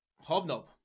hobnob